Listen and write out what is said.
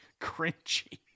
cringy